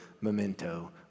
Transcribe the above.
memento